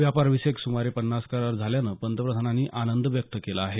व्यापारविषयक सुमारे पन्नास करार झाल्यानं पंतप्रधानांनी आनंद व्यक्त केला आहे